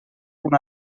una